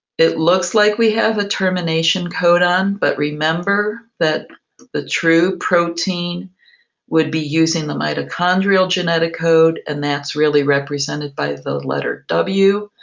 it looks like we have the termination codon, but remember that the true protein would be using the mitochondrial genetic code, and that's really represented by the letter w.